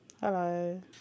hello